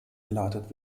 geleitet